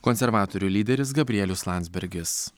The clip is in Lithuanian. konservatorių lyderis gabrielius landsbergis